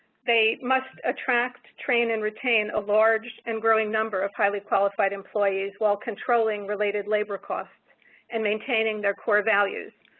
they must attract, train, and retain a large and growing number of highly qualified employees, while controlling related labor costs and maintaining their core values.